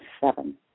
seven